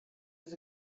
was